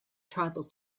tribal